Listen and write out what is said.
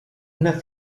una